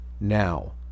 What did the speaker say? Now